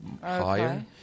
higher